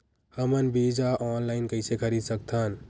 हमन बीजा ऑनलाइन कइसे खरीद सकथन?